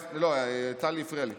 לא, טלי הפריעה לי.